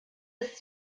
ist